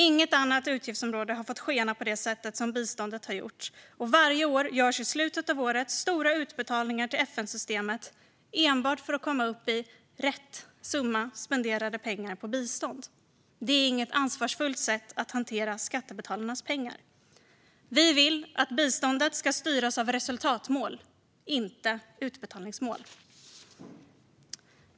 Inget annat utgiftsområde har fått skena på det sätt som biståndet har gjort. Varje år görs i slutet av året stora utbetalningar till FN-systemet, enbart för att komma upp i rätt summa spenderade pengar på bistånd. Det är inte ett ansvarsfullt sätt att hantera skattebetalarnas pengar. Vi vill att biståndet ska styras av resultatmål och inte av utbetalningsmål.